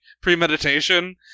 premeditation